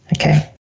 okay